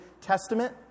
Testament